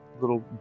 little